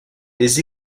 des